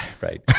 Right